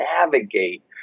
navigate